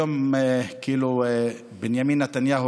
היום בנימין נתניהו,